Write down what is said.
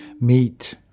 meet